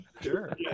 Sure